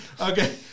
Okay